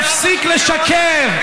תפסיק לשקר.